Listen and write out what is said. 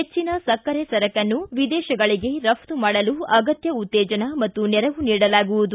ಹೆಚ್ಚಿನ ಸಕ್ಕರೆ ಸರಕನ್ನು ವಿದೇಶಗಳಿಗೆ ರಫ್ತು ಮಾಡಲು ಅಗತ್ಯ ಉತ್ತೇಜನ ಮತ್ತು ನೆರವು ನೀಡಲಾಗುವುದು